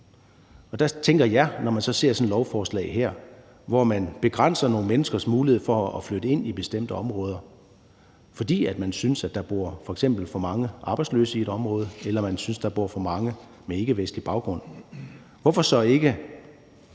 virker. Og når man så ser sådan et lovforslag her, hvor man begrænser nogle menneskers mulighed for at flytte ind i bestemte områder, fordi man synes, der f.eks. bor for mange arbejdsløse i det område, eller man synes, at der bor for mange med ikkevestlig baggrund, så tænker